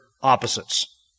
opposites